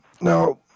Now